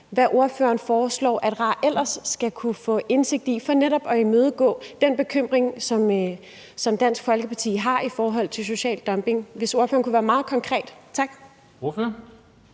hvad ordføreren foreslår at RAR ellers skal kunne få indsigt i for netop at imødegå den bekymring, som Dansk Folkeparti har i forhold til social dumping, og bede ordføreren være meget konkret. Tak.